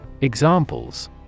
examples